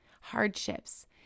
Hardships